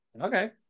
Okay